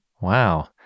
Wow